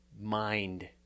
mind